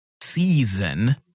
season